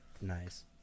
Nice